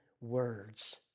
words